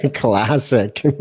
Classic